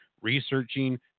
researching